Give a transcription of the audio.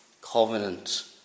covenant